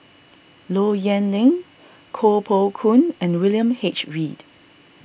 Low Yen Ling Koh Poh Koon and William H Read